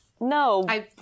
No